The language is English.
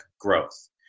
growth